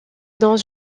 dans